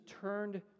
turned